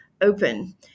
open